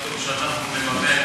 הגדולות, מה פתאום שאנחנו נממן?